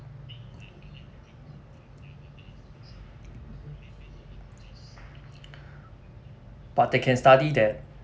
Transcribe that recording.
but they can study that